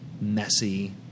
messy